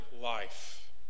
life